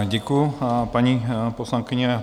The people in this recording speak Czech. Děkuju, paní poslankyně.